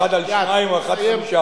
אחד על שניים או אחד על חמישה.